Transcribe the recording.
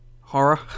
Horror